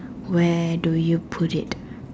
where do you put it